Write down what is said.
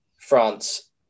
France